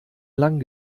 lang